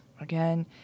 Again